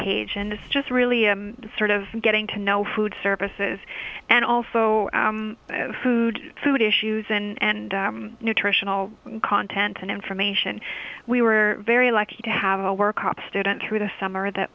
page and it's just really sort of getting to know food services and also food food issues and nutritional content and information we were very lucky to have a workshop student through the summer that